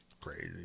crazy